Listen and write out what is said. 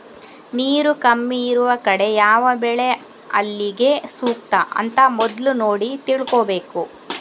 ನೀರು ಕಮ್ಮಿ ಇರುವ ಕಡೆ ಯಾವ ಬೆಳೆ ಅಲ್ಲಿಗೆ ಸೂಕ್ತ ಅಂತ ಮೊದ್ಲು ನೋಡಿ ತಿಳ್ಕೋಬೇಕು